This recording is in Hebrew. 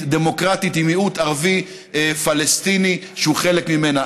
דמוקרטית עם מיעוט ערבי פלסטיני שהוא חלק ממנה.